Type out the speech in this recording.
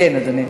כן, אדוני.